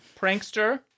Prankster